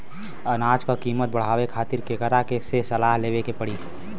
अनाज क कीमत बढ़ावे खातिर केकरा से सलाह लेवे के पड़ी?